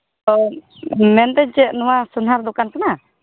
ᱚ ᱢᱮᱱᱫᱟᱹᱧ ᱪᱮᱫ ᱱᱚᱣᱟ ᱥᱳᱱᱟᱨ ᱫᱚᱠᱟᱱ ᱠᱟᱱᱟ